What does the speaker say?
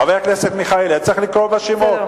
חבר הכנסת מיכאלי, אני צריך לקרוא בשמות?